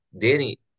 Danny